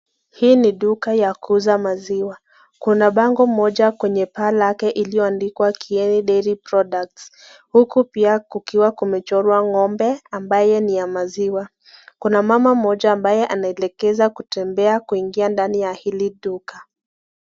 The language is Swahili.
Hii ni duka ya kuuza maziwa. Kuna bango moja kwenye paa lake iliyoandikwa kieni dairy products huku pia kukiwa kumechorwa ng'ombe ambaye ni ya maziwa. Kuna mama mmoja ambaye anaelekeza kutembea kuingia ndani ya hili duka.